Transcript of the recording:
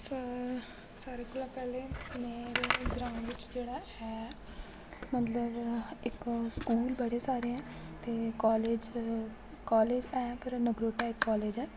स सारे कोला पैह्ले मेरे ग्रां बिच जेह्ड़ा ऐ मतलब इक स्कूल बड़े सारे ऐ ते कालेज कालेज ऐ पर नगरोटा इक कालेज ऐ